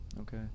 Okay